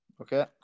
Okay